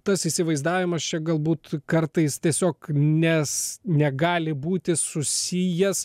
tas įsivaizdavimas čia galbūt kartais tiesiog nes negali būti susijęs